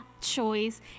choice